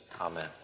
Amen